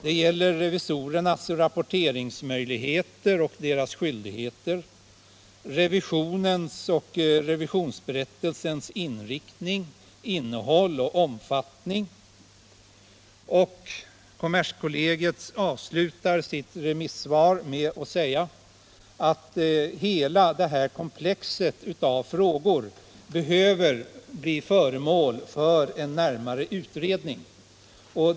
Det gäller revisorernas rapporteringsmöjligheter och deras skyldigheter samt revisionens och revisionsberättelsens inriktning, innehåll och omfattning. Kommerskollegium avslutar sitt remissvar med att framhålla att hela det här komplexet av frågor behöver bli föremål för en närmare utredning.